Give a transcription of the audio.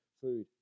food